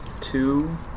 Two